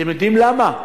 אתם יודעים למה?